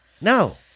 No